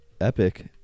Epic